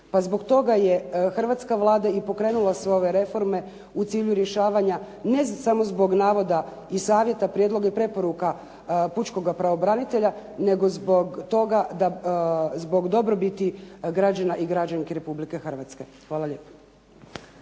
Pa zbog toga je i hrvatska Vlada i pokrenula sve ove reforme u cilju rješavanja, ne samo zbog navoda i savjeta, prijedloga i preporuka pučkoga pravobranitelja, nego zbog toga da zbog dobrobiti građanki i građana Republike Hrvatske. Hvala lijepo.